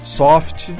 soft